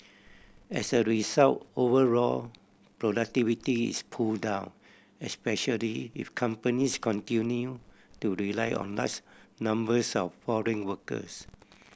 as a result overall productivity is pulled down especially if companies continue to rely on large numbers of foreign workers